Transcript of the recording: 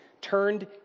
turned